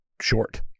short